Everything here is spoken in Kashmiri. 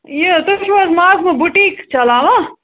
یہِ تُہۍ چھِو حظ ماگمہٕ بُٹیٖک چَلاوان